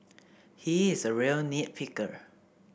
he is a real nit picker